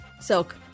Silk